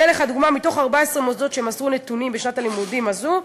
מתוך 14 מוסדות שמסרו נתונים בשנת הלימודים הזו,